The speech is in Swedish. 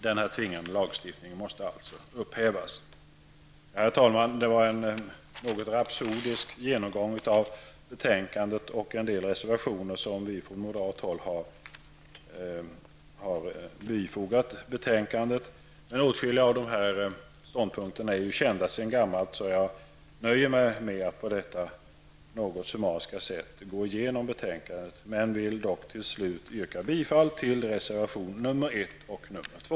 Denna tvingande lagstiftning måste alltså upphävas. Herr talman! Detta var en något rapsodisk genomgång av betänkandet och en del av de reservationer som vi moderater har fogat till detsamma. Åtskilliga av våra ståndpunkter är sedan gammalt kända, varför jag nöjer mig med att på detta något summariska sätt gå igenom betänkandet. Slutligen, herr talman, yrkar jag bifall till reservationerna 1 och 2.